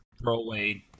throwaway